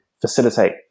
facilitate